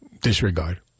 Disregard